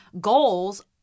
goals